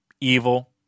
Evil